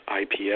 IPS